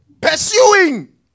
Pursuing